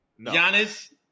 Giannis